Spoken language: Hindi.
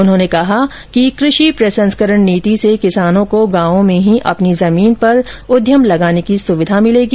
उन्होंने कहा कि कृषि प्रसंस्करण नीति से किसानों को गांवों में ही अपनी जमीन पर उद्यम लगाने की सुविधा मिलेगी